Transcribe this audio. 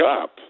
up